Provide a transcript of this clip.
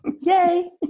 Yay